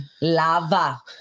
Lava